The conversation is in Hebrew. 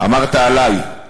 אמרת עלי.